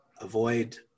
Avoid